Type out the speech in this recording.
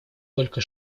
только